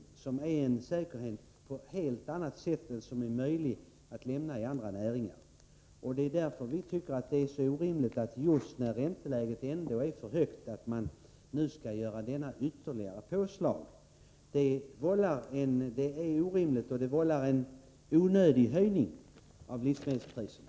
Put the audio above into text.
Det är en sådan säkerhet som inte är möjlig att lämna i andra näringar. Det är därför vi tycker att det är så orimligt att man just när ränteläget är för högt nu skall göra detta ytterligare påslag. Det är orimligt, och det vållar en onödig höjning av livsmedelspriserna.